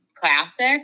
Classic